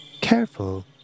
Careful